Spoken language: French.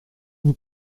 vous